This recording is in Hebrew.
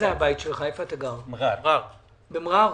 במע'אר.